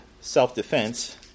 self-defense